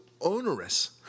onerous